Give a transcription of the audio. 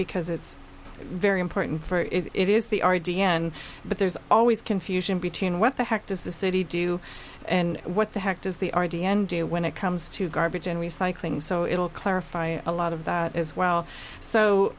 because it's very important for it is the our d n but there's always confusion between what the heck does the city do and what the heck does the r d n do when it comes to garbage and recycling so it'll clarify a lot of that as well so